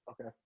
Okay